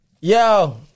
Yo